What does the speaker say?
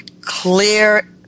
clear